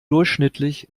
durchschnittlich